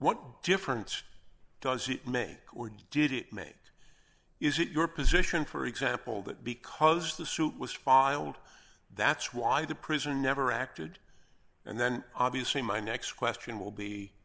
what difference does it may or did it made is it your position for example that because the suit was filed that's why the prison never acted and then obviously my next question will be